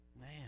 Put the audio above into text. Man